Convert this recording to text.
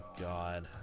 God